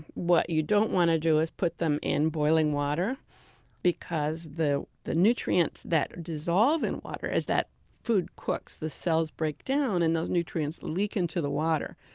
what you don't want to do is put them in boiling water because the the nutrients that dissolve in water as that food cooks, the cells break down and those nutrients leak into the water.